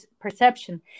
perception